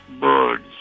birds